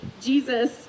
Jesus